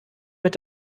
mit